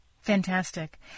Fantastic